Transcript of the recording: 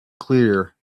clear